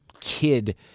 kid